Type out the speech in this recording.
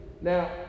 Now